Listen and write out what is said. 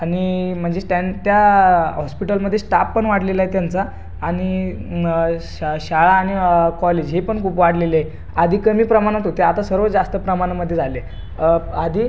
आणि म्हनजे स्टँ त्या हॉस्पिटलमध्ये स्टाप पण वाढलेला आहे त्यांचा आणि न श् शाळा आणि कॉलेज हे पण खूप वाढलेले आहे आधी कमी प्रमाणात होते आता सर्व जास्त प्रमाणामध्ये झाले आधी